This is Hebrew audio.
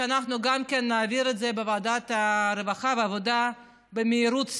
ושאנחנו גם נעביר את זה בוועדת העבודה והרווחה במהירות שיא,